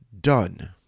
done